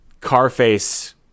Carface